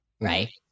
Right